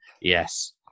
Yes